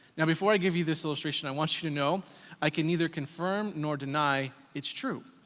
now, before i give you this illustration, i want you to know i can neither confirm nor deny it's true.